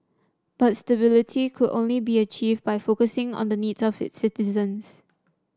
but stability could only be achieved by focusing on the needs of its citizens